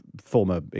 former